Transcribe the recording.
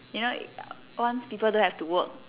you know once people don't have to work